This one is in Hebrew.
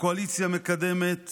הקואליציה מקדמת